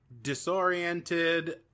disoriented